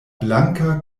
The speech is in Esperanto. blanka